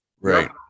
Right